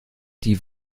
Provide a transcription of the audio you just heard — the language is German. die